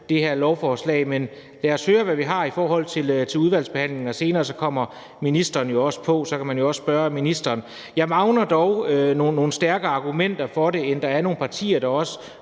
det her lovforslag, men lad os høre, hvad vi har, i forbindelse med udvalgsbehandlingen. Senere kommer ministeren jo på, og så kan man også spørge ministeren. Jeg mangler dog nogle stærkere argumenter for det, og der er også nogle partier, der, om